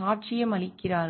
சாட்சியமளிக்கிறார்கள்